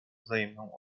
wzajemną